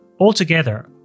altogether